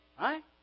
Right